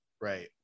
Right